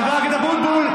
חבר הכנסת אבוטבול,